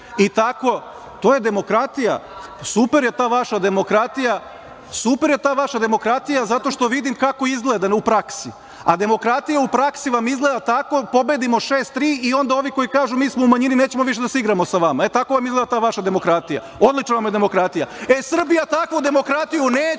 to je demokratija, pa super je ta vaša demokratija, super je ta vaša demokratija zato što vidim kako izgleda u praksi, a demokratija u praksi vam izgleda tako pobedimo šest-tri i onda ovi koji kažu mi smo u manjini nećemo više da se igramo sa vama. E, tako vam izgleda ta vaša demokratija, odlična vam je demokratija. Srbija takvu demokratiju neće